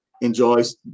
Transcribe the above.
enjoys